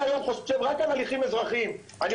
אני